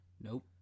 nope